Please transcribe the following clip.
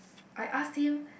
I asked him